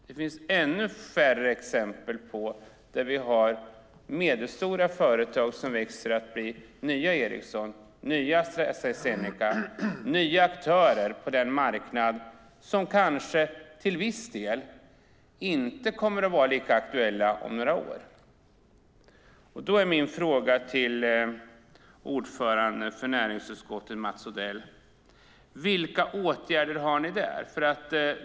Det finns ännu färre exempel på medelstora företag som växer till att bli nya Ericsson och nya Astra Zeneca - nya aktörer på den marknad som kanske till viss del inte kommer att vara lika aktuell om några år. Då är min fråga till ordföranden för näringsutskottet, Mats Odell: Vilka åtgärder har ni när det gäller detta?